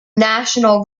national